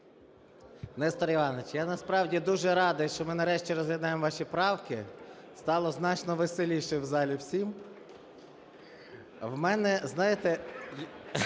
Нестор Іванович, я насправді дуже радий, що ми нарешті розглядаємо ваші правки, стало значно веселіше в залі всім. В мене, знаєте,